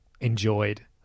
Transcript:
enjoyed